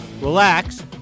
relax